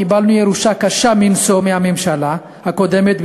קיבלנו ירושה קשה מנשוא מהממשלה הקודמת,